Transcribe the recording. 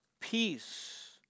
peace